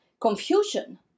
confusion